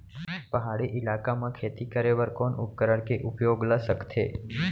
पहाड़ी इलाका म खेती करें बर कोन उपकरण के उपयोग ल सकथे?